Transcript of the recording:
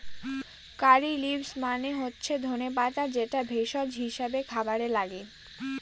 কারী leaves মানে হচ্ছে ধনে পাতা যেটা ভেষজ হিসাবে খাবারে লাগে